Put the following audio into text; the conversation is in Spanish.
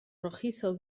rojizo